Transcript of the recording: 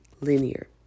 linear